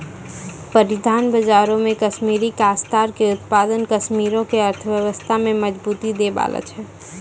परिधान बजारो मे कश्मीरी काश्तकार के उत्पाद कश्मीरो के अर्थव्यवस्था में मजबूती दै बाला छै